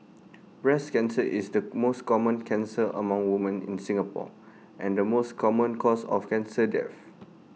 breast cancer is the most common cancer among women in Singapore and the most common cause of cancer death